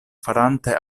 farante